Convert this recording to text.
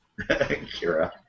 Kira